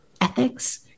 ethics